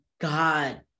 God